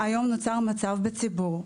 היום נוצר מצב בציבור,